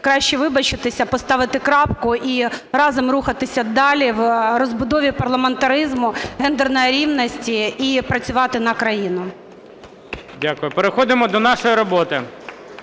краще вибачитися, поставити крапку і разом рухатись далі в розбудові парламентаризму, гендерної рівності і працювати на країну. ГОЛОВУЮЧИЙ. Дякую. Переходимо до нашої роботи.